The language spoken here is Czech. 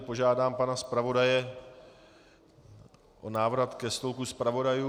Požádám pana zpravodaje o návrat ke stolku zpravodajů.